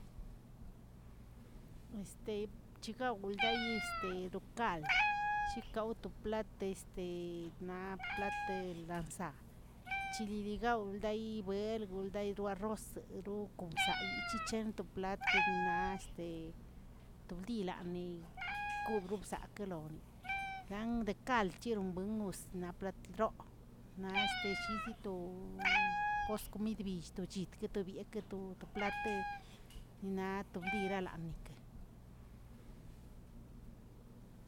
Este chgawildayi este dokald, chi gawꞌ to plate este naꞌ plat lanzaꞌa, chililigawꞌ ldaꞌyi belgw lidayi warroz roꞌo kon bzayiꞌ chic̱hen to plat naꞌ este to dii lanniꞌi kobrobsakꞌə loni lan dekalchien bengus naꞌ platdroꞌo, naꞌ este llizi to koskomidbill to chit to biekə to platə, naꞌ to bdiraꞌ lanꞌnikə.